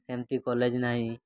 ସେମିତି କଲେଜ୍ ନାହିଁ